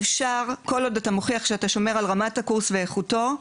כל עוד אתה מוכיח שאתה שומר על רמת הקורס ואיכותו,